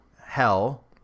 hell